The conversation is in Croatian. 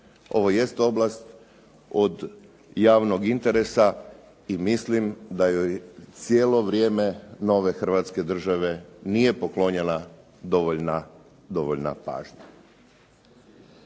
Ovo jest oblast od javnog interesa i mislim da joj cijelo vrijeme nove Hrvatske države nije poklonjena dovoljna pažnja.